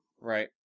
Right